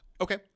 Okay